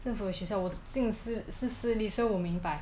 政府的学校我进的是是私立所以我明白